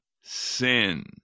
sin